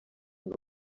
ngo